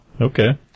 Okay